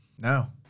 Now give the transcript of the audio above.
No